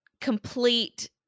complete